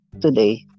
today